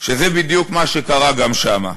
שזה בדיוק מה שקרה גם שם.